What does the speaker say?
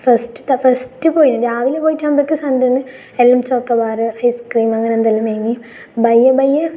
ഫസ്റ്റ്ട്ടാ first പോയി രാവിലെ പോയിട്ട് സന്തേന്ന് ചോക്കോബാർ ഐസ് ക്രീം അങ്ങനെ എന്തെല്ലാ ബേ വേണമെങ്കിൽ ബയ്യെ ബയ്യെ